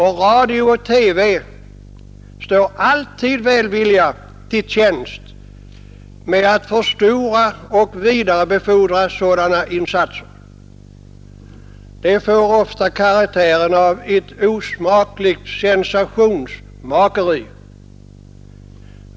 Radio och TV står alltid välvilligt till tjänst med att förstora och vidarebefordra sådant. Det får ofta karaktären av ett osmakligt sensationsmakeri.